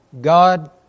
God